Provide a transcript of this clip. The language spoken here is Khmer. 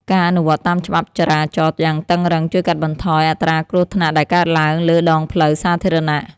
ការអនុវត្តតាមច្បាប់ចរាចរណ៍យ៉ាងតឹងរ៉ឹងជួយកាត់បន្ថយអត្រាគ្រោះថ្នាក់ដែលកើតឡើងលើដងផ្លូវសាធារណៈ។